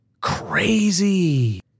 crazy